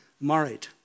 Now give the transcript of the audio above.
married